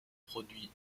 produit